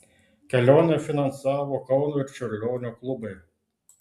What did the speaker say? kelionę finansavo kauno ir čiurlionio klubai